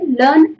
learn